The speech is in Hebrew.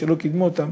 שלא קידמו אותם,